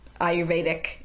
Ayurvedic